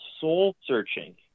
soul-searching